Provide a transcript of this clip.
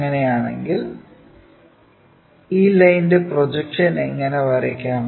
അങ്ങനെയാണെങ്കിൽ ഈ ലൈൻറെ പ്രൊജക്ഷൻ എങ്ങനെ വരയ്ക്കാം